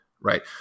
right